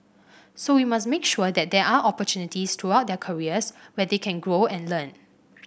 so we must make sure that there are opportunities throughout their careers where they can grow and learn